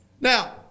Now